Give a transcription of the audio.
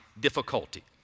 difficulty